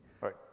Right